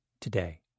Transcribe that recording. today